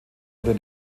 oder